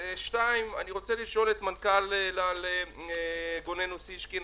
אני רוצה לשאול את מנכ"ל אל-על, גונן אוסישקין,